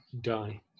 die